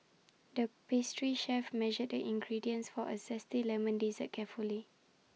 the pastry chef measured the ingredients for A Zesty Lemon Dessert carefully